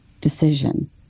decision